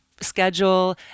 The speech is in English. schedule